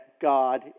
God